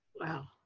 Wow